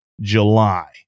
July